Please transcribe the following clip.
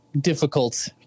Difficult